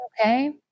okay